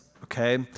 okay